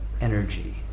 energy